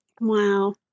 Wow